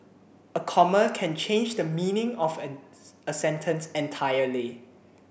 a comma can change the meaning of an a sentence entirely